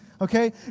okay